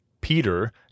Peter